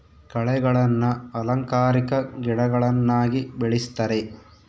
ಕಳೆಗಳನ್ನ ಅಲಂಕಾರಿಕ ಗಿಡಗಳನ್ನಾಗಿ ಬೆಳಿಸ್ತರೆ